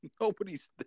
Nobody's